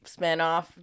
spinoff